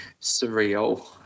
surreal